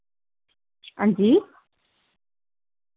हां जी